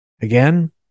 Again